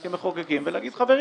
שנבוא אנחנו כמחוקקים ונגיד: חברים,